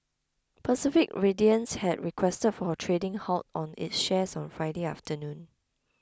Pacific Radiance had requested for a trading halt on its shares on Friday afternoon